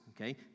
okay